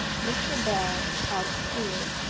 mr. bell, house steward,